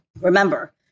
Remember